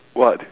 what